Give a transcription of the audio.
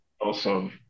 Awesome